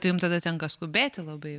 tai jum tada tenka skubėti labai